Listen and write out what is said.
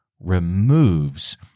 removes